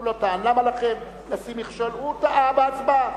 הוא לא טען, למה לכם לשים מכשול, הוא טעה בהצבעה.